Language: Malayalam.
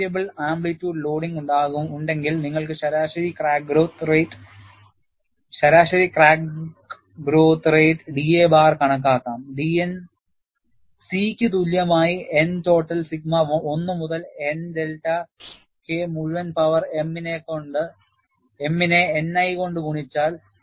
വേരിയബിൾ ആംപ്ലിറ്റ്യൂഡ് ലോഡിംഗ് ഉണ്ടെങ്കിൽ നിങ്ങൾക്ക് ശരാശരി crack growth rate da bar കണക്കാക്കാം dN C യ്ക്ക് തുല്യമായി N ടോട്ടൽ സിഗ്മ 1 മുതൽ N ഡെൽറ്റ K മുഴുവൻ പവർ mഇനെ Ni കൊണ്ട് ഗുണിച്ചാൽ